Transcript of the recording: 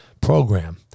program